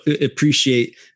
appreciate